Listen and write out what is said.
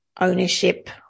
ownership